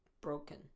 Broken